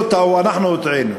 הם לא טעו, אנחנו הוטעינו.